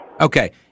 Okay